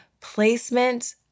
placement